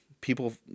people